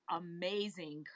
amazing